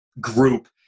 group